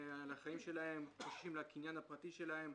הם חוששים לחיים שלהם, חוששים לקניין הפרטי שלהם,